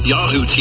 Yahoo